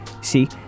See